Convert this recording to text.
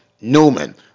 Newman